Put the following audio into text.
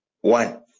One